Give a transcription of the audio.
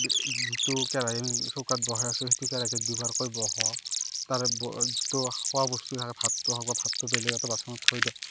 যিটো কেৰাহি চৌকাত বহাইছোঁ সেইটো কেৰাহিত দুবাৰকৈ বহা তাৰে যিতু খোৱা বস্তু থাকে ভাতটো হওক বা ভাতটো বেলেগ এটা বাচনত থৈ দিয়ক